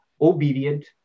obedient